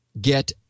get